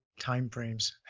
timeframes